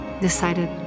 decided